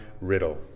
riddle